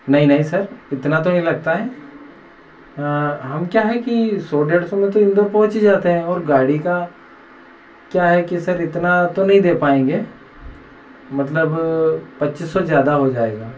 नहीं नहीं सर इतना तो नहीं लगता है हम क्या हैं कि सौ डेढ़ सौ में तो इंदौर पहुंच ही जाते हैं और गाड़ी का क्या है कि सर इतना तो नहीं दे पाएंगे मतलब पच्चीस सौ ज़्यादा हो जाएगा